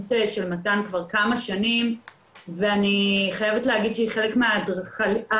הקיימות שקיים כבר כמה שנים ואני חייבת להגיד שהיא חלק מהאדריכליות